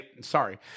sorry